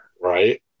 Right